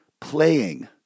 playing